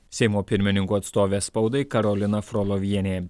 seimo pirmininkų atstovė spaudai karolina frolovienė